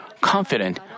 confident